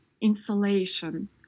insulation